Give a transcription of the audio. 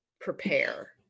prepare